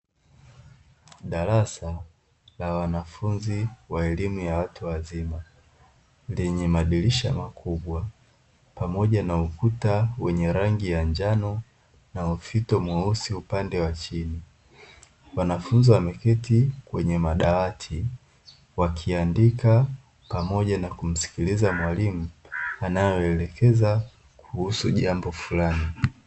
Darasa la wanafunzi wa elimu ya watu wazima, lenye madirisha makubwa pamoja na ukuta wenye rangi ya njano na ufito mweusi upande wa chini, wanafunzi wameketi kwenye madawati; wakiandika pamoja na kumsikiliza mwalimu, anayoelekeza kuhusu jambo fulani.